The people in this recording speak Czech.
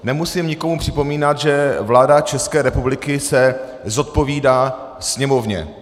Nemusím nikomu připomínat, že vláda České republiky se zodpovídá Sněmovně.